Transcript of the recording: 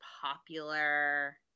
popular